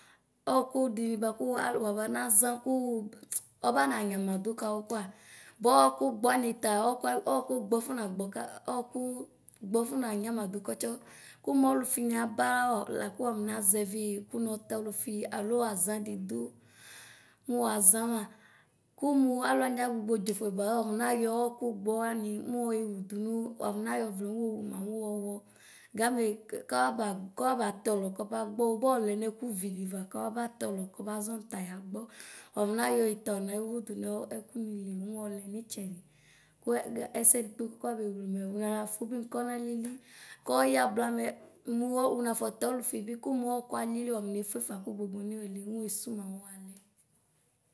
Ɔkʋ dɩnɩ bʋakʋ alʋ wabanaza kʋ ɔbananyamadʋ kawʋ bʋa ɔkʋgbɔ nita ɔkʋgbɔ afɔnagbɔ afɔnanya madʋ kɔtsɛ kʋmʋ ɔlʋfini aba lakʋ wafɔ mazɔvi kʋnɔ tɔlʋfi alo aza didʋ mʋ wazama kʋmʋ alʋwanɩ agbʋgbɔ dzofʋe bʋa mɛ wʋnayɔ ɔkʋgbɔ wanɩ mʋ wewʋdu nʋ ayɔ vlɛ mʋ wowʋ ma mʋ wɔwɔ gamɛ kɔa kɔbatɔlɔ kɔ aba zonʋ taya gbɔ wafɔ nayɔ yi newidʋ nʋ ɛkʋ nɩli mʋ wɔlɛ nitsɛdɩ kʋ ɛsɛ dikpekpe Kada newele mɛ wonafʋ binʋ konalɩli kɔya blamɛ mʋ wʋnafɔ tɛ ɔlʋfibi kʋmʋ ɔkʋ alɩlɩ wafɔne fʋefa kʋne sʋwʋma mʋ walɛ.